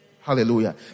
Hallelujah